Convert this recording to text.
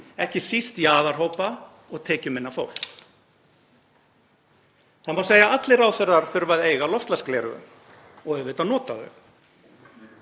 ekki síst jaðarhópa og tekjuminna fólk. Það má segja að allir ráðherrar þurfi að eiga loftslagsgleraugu, og auðvitað nota þau.